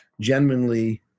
genuinely